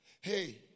Hey